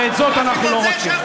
ואת זאת אנחנו לא רוצים.